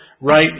right